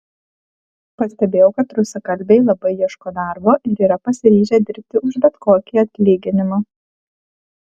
pastebėjau kad rusakalbiai labai ieško darbo ir yra pasiryžę dirbti už bet kokį atlyginimą